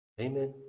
Amen